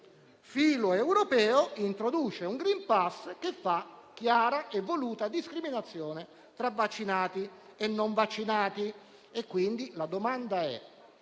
filoeuropeo introduce un *green pass* che fa chiara e voluta discriminazione tra vaccinati e non vaccinati. Mi chiedo pertanto come